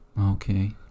Okay